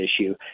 issue